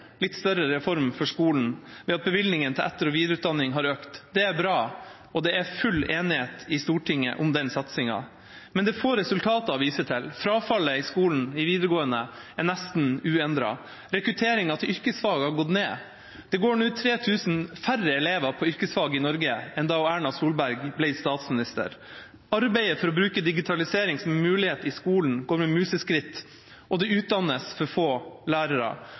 litt større reform for skolen, ved at bevilgningene til etter- og videreutdanning har økt. Det er bra, og det er full enighet i Stortinget om den satsingen. Men det er få resultater å vise til. Frafallet i videregående er nesten uendret. Rekrutteringen til yrkesfag har gått ned. Det går nå 3 000 færre elever på yrkesfag i Norge enn da Erna Solberg ble statsminister. Arbeidet for å bruke digitalisering som mulighet i skolen går med museskritt, og det utdannes for få lærere.